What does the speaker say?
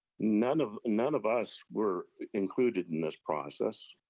none of and none of us were included in this process,